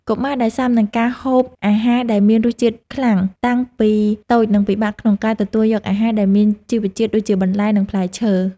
កុមារដែលស៊ាំនឹងការហូបអាហារដែលមានរសជាតិខ្លាំងតាំងពីតូចនឹងពិបាកក្នុងការទទួលយកអាហារដែលមានជីវជាតិដូចជាបន្លែនិងផ្លែឈើ។